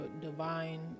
divine